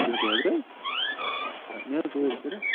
تٕرٛہ بیگ حظ نہِ حظ عٲش کٔرِتھ